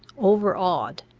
overawed,